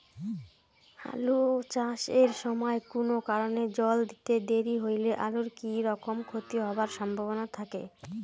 আলু চাষ এর সময় কুনো কারণে জল দিতে দেরি হইলে আলুর কি রকম ক্ষতি হবার সম্ভবনা থাকে?